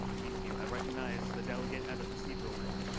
thank you. i recognize the delegate at the procedural mic.